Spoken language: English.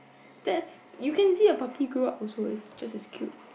that's you can see a puppy grow up also is just as cute